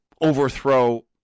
overthrow